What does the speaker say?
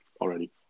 already